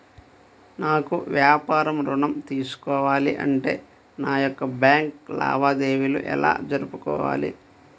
నాకు వ్యాపారం ఋణం తీసుకోవాలి అంటే నా యొక్క బ్యాంకు లావాదేవీలు ఎలా జరుపుకోవాలి?